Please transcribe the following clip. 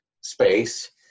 space